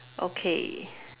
okay